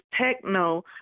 techno